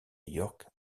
york